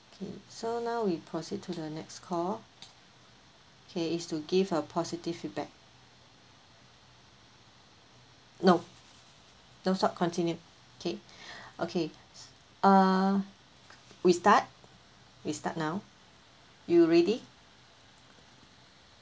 okay so now we proceed to the next call okay it's to give a positive feedback no no stop continue okay okay uh we start we start now you ready